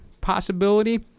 possibility